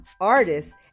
artists